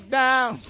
down